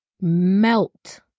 melt